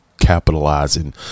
capitalizing